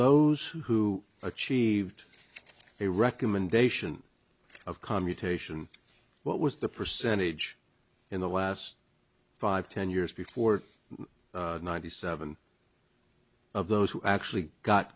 those who achieved a recommendation of commutation what was the percentage in the last five ten years before ninety seven of those who actually got